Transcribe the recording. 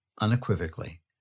unequivocally